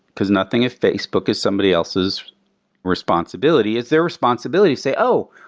because nothing at facebook is somebody else's responsibility, is their responsibility say, oh,